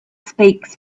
speaks